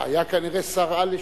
היה כנראה שר רע לשיכון.